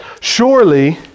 Surely